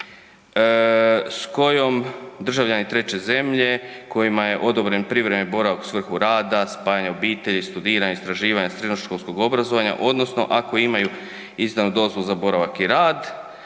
s kojom državljani treće zemlje kojima je odobren privremeni boravak u svrhu rada, spajanja obitelji, studiranja, istraživanja, srednjoškolskog obrazovanja odnosno ako imaju izdanu dozvolu za boravak i rad